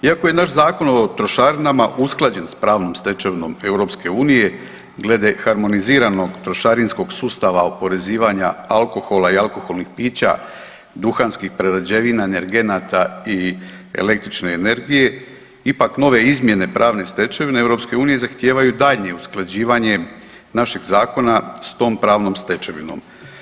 Iako je naš Zakon o trošarinama usklađen s pravnom stečevinom EU-a glede harmoniziranog trošarinskog sustava oporezivanja alkohola i alkoholnih pića, duhanskih prerađevina, energenata i električne energije, ipak nove izmjene pravne stečevine EU-a zahtijevaju daljnje usklađivanje naših zakona s tom pravnom stečevinom.